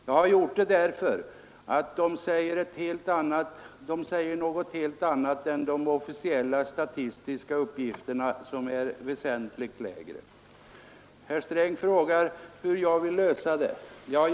Jag har gjort det därför att de priserna säger något helt annat än de officiella statistiska uppgifterna, som anger väsentligt lägre priser. Herr Sträng frågade hur jag vill lösa problemen.